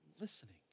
Listening